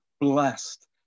blessed